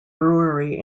brewery